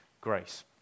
grace